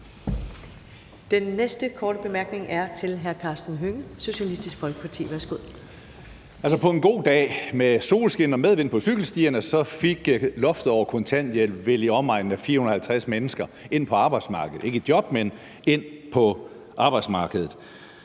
Den næste korte bemærkning er til hr. Karsten Hønge, Socialistisk Folkeparti. Værsgo. Kl. 10:38 Karsten Hønge (SF): På en god dag med solskin og medvind på cykelstierne fik loftet over kontanthjælpen vel i omegnen af 450 mennesker ind på arbejdsmarkedet, ikke i job, men ind på arbejdsmarkedet.